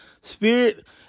spirit